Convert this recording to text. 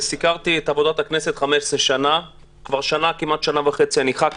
סיקרתי את עבודת הכנסת במשך 15 שנה וכבר כמעט שנה וחצי אני חבר כנסת.